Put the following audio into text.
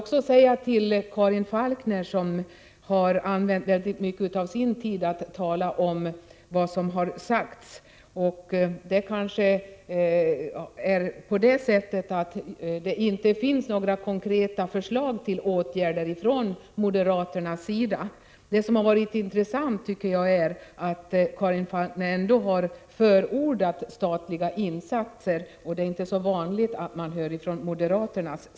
Karin Falkmer använde mycket av sin taletid till att berätta om vad som sagts. Kanske finns det inte några konkreta moderata förslag till åtgärder. Jag tycker det var intressant att Karin Falkmer ändå förordade statliga insatser, vilket inte är så vanligt bland moderater.